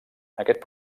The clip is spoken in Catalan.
aquest